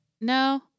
no